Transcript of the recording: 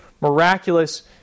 miraculous